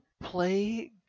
play